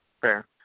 fair